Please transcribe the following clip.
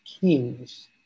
kings